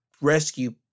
rescue